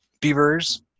beavers